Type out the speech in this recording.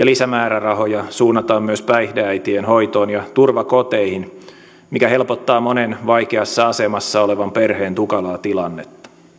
lisämäärärahoja suunnataan myös päihdeäitien hoitoon ja turvakoteihin mikä helpottaa monen vaikeassa asemassa olevan perheen tukalaa tilannetta